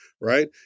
right